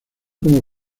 como